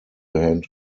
hand